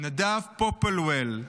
נדב פופלוול,